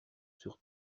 sur